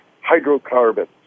hydrocarbons